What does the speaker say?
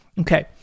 Okay